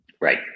right